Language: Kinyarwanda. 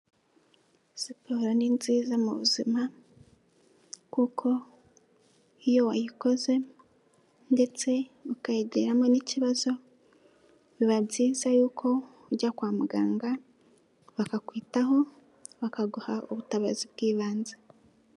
Siporo ni nziza mu buzima kuko iyo wayikoze ndetse ukayigeramo n'ikibazo biba byiza yuko ujya kwa muganga bakakwitaho bakaguha ubutabazi bw'ibanze.